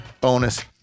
bonus